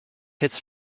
hits